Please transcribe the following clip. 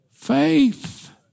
Faith